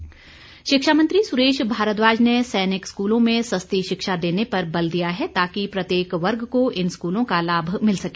भारद्वाज शिक्षा मंत्री सुरेश भारद्वाज ने सैनिक स्कूलों में सस्ती शिक्षा देने पर बल दिया है ताकि प्रत्येक वर्ग को इन स्कूलों का लाभ मिल सके